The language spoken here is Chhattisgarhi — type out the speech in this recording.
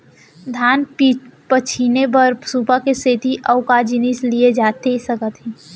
धान पछिने बर सुपा के सेती अऊ का जिनिस लिए जाथे सकत हे?